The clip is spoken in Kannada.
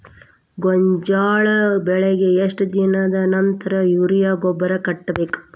ಗೋಂಜಾಳ ಬೆಳೆಗೆ ಎಷ್ಟ್ ದಿನದ ನಂತರ ಯೂರಿಯಾ ಗೊಬ್ಬರ ಕಟ್ಟಬೇಕ?